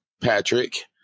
Patrick